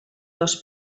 dos